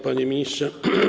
Panie Ministrze!